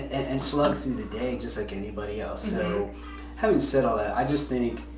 and slug through the day just like anybody else. so having said all that, i just think